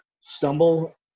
stumble